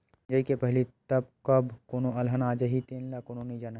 मिजई के पहिली तक कब कोनो अलहन आ जाही तेन ल कोनो नइ जानय